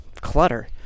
clutter